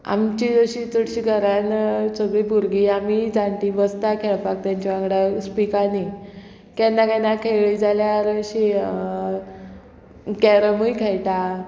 आमची अशी चडशी घरान सगळीं भुरगीं आमी जाणटी बसता खेळपाक तेंच्या वांगडा स्पिकांनी केन्ना केन्ना खेळ्ळी जाल्यार अशी कॅरमूय खेळटा